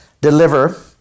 deliver